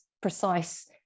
precise